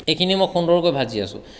এইখিনি মই সুন্দৰকৈ ভাজি আছোঁ